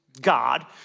God